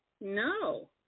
No